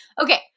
Okay